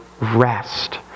rest